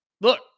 look